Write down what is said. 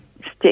stick